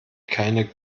keine